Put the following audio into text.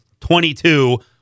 22